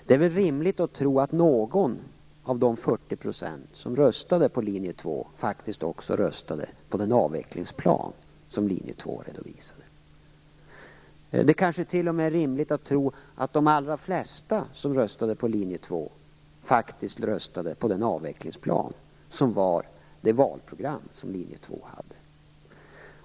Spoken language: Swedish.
Det är väl rimligt att tro att någon av de 40 % som röstade på Linje 2 faktiskt också röstade på den avvecklingsplan som Linje 2 redovisade. Det kanske t.o.m. är rimligt att tro att de allra flesta som röstade på Linje 2 röstade på den avvecklingsplan som var det valprogram som Linje 2 hade.